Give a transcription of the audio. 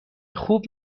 خوب